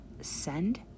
send